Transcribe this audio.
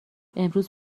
امروز